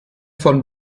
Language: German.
von